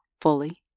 fully